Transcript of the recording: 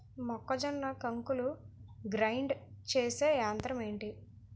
మొక్కజొన్న కంకులు గ్రైండ్ చేసే యంత్రం ఏంటి?